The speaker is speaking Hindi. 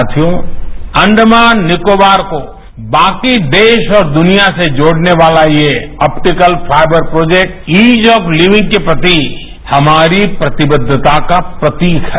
साथियों अंडमान निकोबार को बाकी देश और दुनिया से जोड़ने वाला ये optical fibre project ease of living के प्रति हमारी प्रतिबद्धता का प्रतीक है